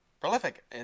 prolific